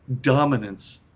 dominance